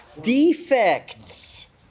defects